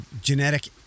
genetic